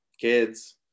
kids